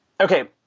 Okay